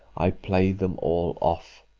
i play them all off.